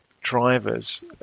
drivers